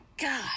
God